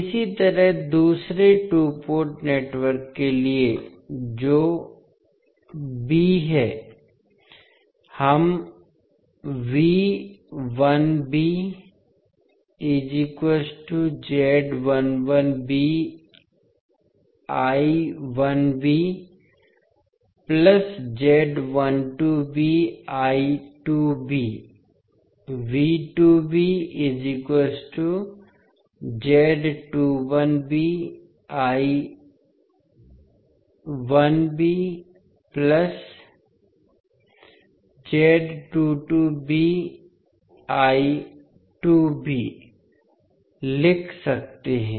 इसी तरह दूसरे टू पोर्ट नेटवर्क के लिए जो N b है हम लिख सकते हैं